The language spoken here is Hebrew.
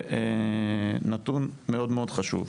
זה נתון מאוד חשוב.